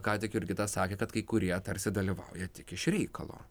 ką tik jurgita sakė kad kai kurie tarsi dalyvauja tik iš reikalo